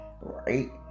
Right